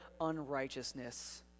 unrighteousness